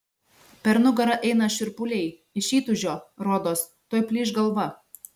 per nugarą eina šiurpuliai iš įtūžio rodos tuoj plyš galva